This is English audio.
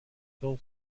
still